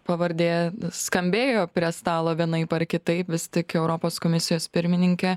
pavardė skambėjo prie stalo vienaip ar kitaip vis tik europos komisijos pirmininkė